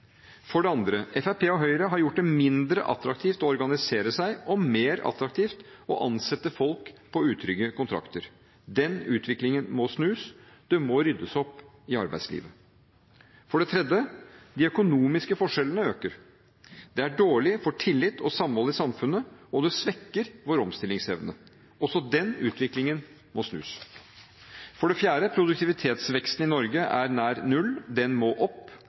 For det andre: Fremskrittspartiet og Høyre har gjort det mindre attraktivt å organisere seg og mer attraktivt å ansette folk på utrygge kontrakter. Den utviklingen må snus, det må ryddes opp i arbeidslivet. For det tredje: De økonomiske forskjellene øker. Det er dårlig for tillit og samhold i samfunnet, og det svekker vår omstillingsevne. Også den utviklingen må snus. For det fjerde: Produktivitetsveksten i Norge er nær null. Den må opp.